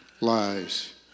lies